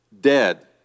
dead